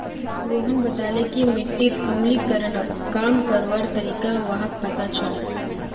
रोहन बताले कि मिट्टीत अम्लीकरणक कम करवार तरीका व्हाक पता छअ